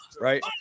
right